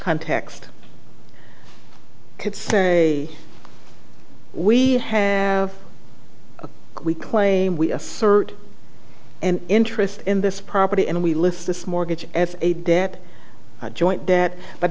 context could say we have a we claim we assert an interest in this property and we list this mortgage as a debt joint debt but